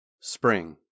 Spring